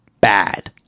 bad